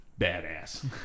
badass